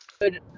good